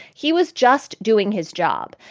he was just doing his job.